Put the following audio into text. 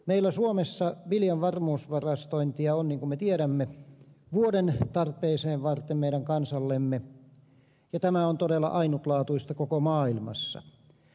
meillä suomessa viljan varmuusvarastointia on niin kuin me tiedämme vuoden tarvetta varten meidän kansallemme ja tämä on todella ainutlaatuista koko maailmassa